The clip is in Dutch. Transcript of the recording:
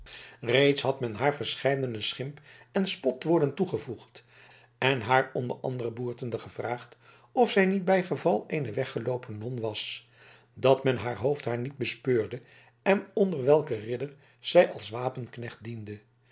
reeds had men haar verscheidene schimpen spotwoorden toegevoegd en haar onder andere boertende gevraagd of zij niet bijgeval eene weggeloopen non was dat men haar hoofdhaar niet bespeurde en onder welken ridder zij als wapenknecht diende